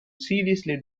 seriously